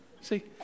See